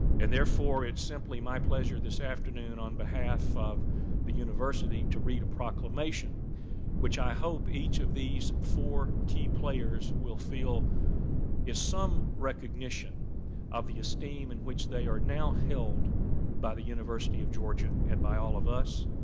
and therefore it's simply my pleasure this afternoon on behalf of the university to read a proclamation which i hope each of these four key players will feel is some recognition of the esteem in which they are now held by the university of georgia and by all of us.